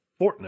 Fortnite